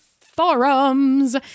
forums